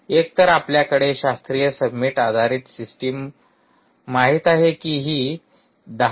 एकतर आपल्याकडे शास्त्रीय सबमिट आधारित सिस्टम माहित आहे की ही १०